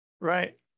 right